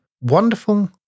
Wonderful